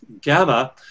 gamma